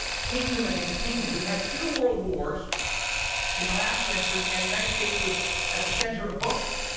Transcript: kingdom against kingdom. we've had two world wars in the last century and the united states was at the center of both.